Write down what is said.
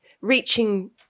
reaching